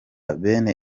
bene